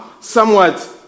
somewhat